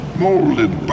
molded